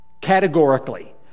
categorically